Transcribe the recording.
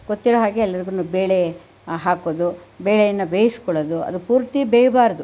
ಗೊತ್ತಿರೋ ಹಾಗೆ ಎಲ್ಲರಿಗೂ ಬೇಳೆ ಹಾಕೋದು ಬೇಳೆಯನ್ನು ಬೇಯಿಸಿಕೊಳ್ಳೋದು ಅದು ಪೂರ್ತಿ ಬೇಯಬಾರದು